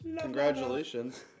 Congratulations